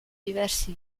diversi